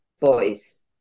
voice